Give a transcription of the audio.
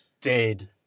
dead